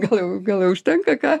gal jau gal jau užtenka ką